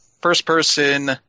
first-person